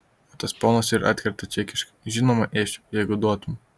o tas ponas ir atkerta čekiškai žinoma ėsčiau jeigu duotum